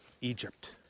Egypt